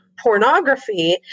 pornography